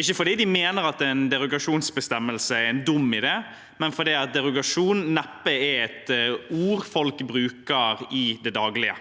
ikke fordi de mener at en derogasjonsbestemmelse er en dum idé, men fordi derogasjon neppe er et ord folk bruker i det daglige.